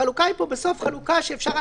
החלוקה פה היא בסוף חלוקה שאפשר היה